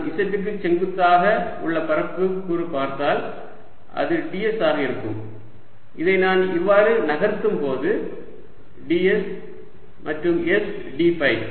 நான் z க்கு செங்குத்தாக உள்ள பரப்பு கூறு பார்த்தால் அது ds ஆக இருக்கும் இதை நான் இவ்வாறு நகர்த்தும் போது ds மற்றும் s d ஃபை